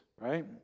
right